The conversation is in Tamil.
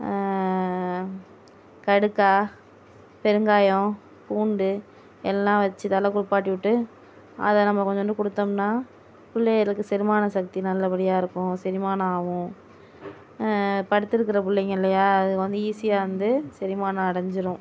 கடுக்காய் பெருங்காயம் பூண்டு எல்லாம் வச்சு தலை குளுப்பாட்டிவிட்டு அதை நம்ம கொஞ்சோண்டு கொடுத்தோம்னா பிள்ளைகளுக்கு செரிமான சக்தி நல்லபடியாக இருக்கும் செரிமானம் ஆகும் படுத்துருக்க பிள்ளைங்க இல்லையா அது வந்து ஈஸியாக வந்து செரிமானம் அடைஞ்சிரும்